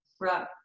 right